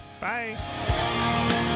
Bye